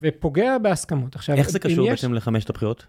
ופוגע בהסכמות עכשיו. איך זה קשור בעצם לחמשת הבחירות?